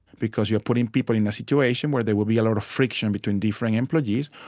because you're putting people in a situation where there will be a lot of friction between differing employees,